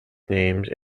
named